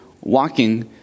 walking